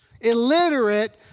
illiterate